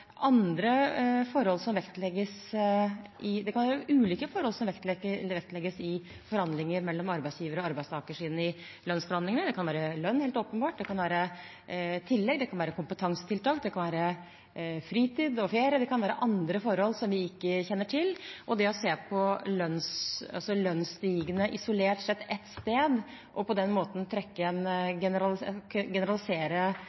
andre forhold som vektlegges. Det kan være ulike forhold som vektlegges i lønnsforhandlingene mellom arbeidstaker- og arbeidsgiversiden. Det kan være lønn, helt åpenbart, det kan være tillegg, det kan være kompetansetiltak, det kan være fritid og ferie, det kan være andre forhold som vi ikke kjenner til. Det å se på lønnsstigene isolert sett ett sted og på den måten